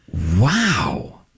wow